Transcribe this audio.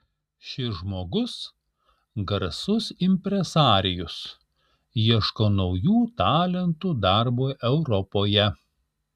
šis žmogus garsus impresarijus ieško naujų talentų darbui europoje